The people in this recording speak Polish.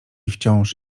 wciąż